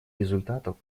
результатов